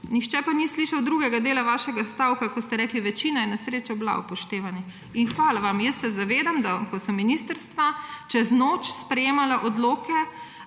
nihče pa ni slišal drugega dela vašega stavka, ko ste rekli, večina je na srečo bila upoštevana. In hvala vam. Jaz se zavedam, da smo seveda, ko so ministrstva čez noč sprejemala odloke